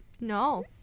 No